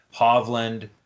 hovland